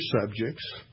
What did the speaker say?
subjects